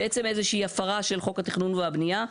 בעצם איזושהי הפרה של חוק התכנון והבנייה.